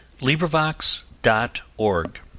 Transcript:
LibriVox.org